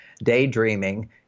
daydreaming